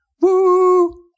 Woo